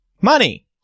money